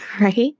right